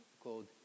called